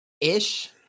Ish